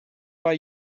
bei